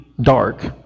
dark